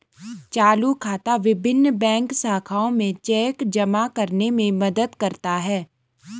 चालू खाता विभिन्न बैंक शाखाओं में चेक जमा करने में मदद करता है